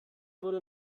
wurde